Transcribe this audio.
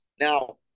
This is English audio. Now